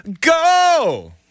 Go